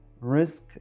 risk